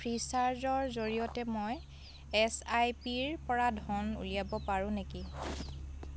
ফ্ৰীচাৰ্জৰ জৰিয়তে মই এছ আই পিৰপৰা ধন উলিয়াব পাৰো নেকি